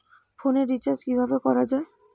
ফোনের রিচার্জ কিভাবে করা যায়?